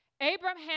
Abraham